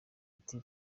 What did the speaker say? ati